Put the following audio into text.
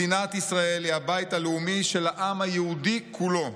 מדינת ישראל היא הבית הלאומי של העם היהודי כולו.